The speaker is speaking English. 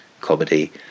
comedy